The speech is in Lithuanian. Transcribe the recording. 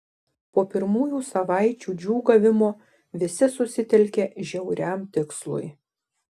po pirmųjų savaičių džiūgavimo visi susitelkė žiauriam tikslui